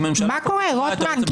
מה קורה, רוטמן?